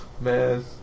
Man